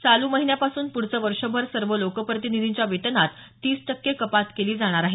चालू महिन्यापासून प्ढचं वर्षभर सर्व लोकप्रतिनिधींच्या वेतनात तीस टक्के कपात केली जाणार आहे